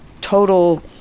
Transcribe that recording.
total